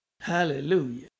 Hallelujah